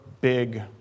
big